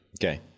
Okay